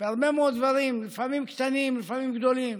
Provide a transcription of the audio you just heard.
בהרבה מאוד דברים, לפעמים קטנים ולפעמים גדולים,